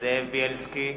זאב בילסקי,